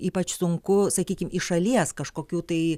ypač sunku sakykim iš šalies kažkokių tai